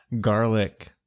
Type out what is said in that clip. garlic